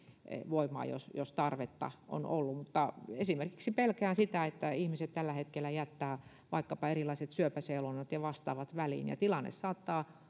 voimaan jos tarvetta on ollut mutta pelkään esimerkiksi sitä että ihmiset tällä hetkellä jättävät vaikkapa erilaiset syöpäseulonnat ja vastaavat väliin ja tilanne saattaa